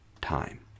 time